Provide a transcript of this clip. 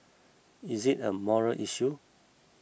is it a moral issue